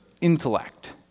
intellect